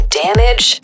damage